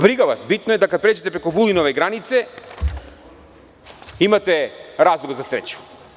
Briga vas, da kada pređete preko Vulinove granice imate razloga za sreću.